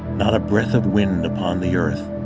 not a breath of wind upon the earth,